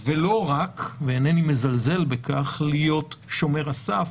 ולא רק, ואינני מזלזל בכך, להיות שומר הסף,